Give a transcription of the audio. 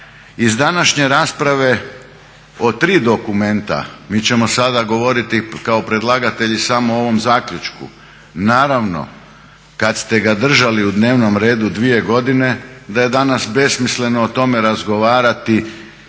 Iz današnje rasprave o tri dokumenta mi ćemo sada govoriti kao predlagatelji samo o ovom zaključku. Naravno kad ste ga držali u dnevnom redu dvije godine, da je danas besmisleno o tome razgovarati